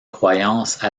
croyance